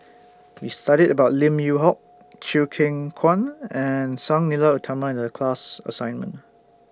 We studied about Lim Yew Hock Chew Kheng Chuan and Sang Nila Utama in The class assignment